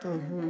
तो हम